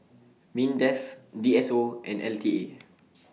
Mindef D S O and L T A